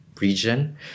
region